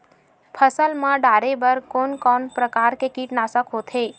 फसल मा डारेबर कोन कौन प्रकार के कीटनाशक होथे?